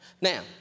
Now